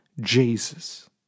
Jesus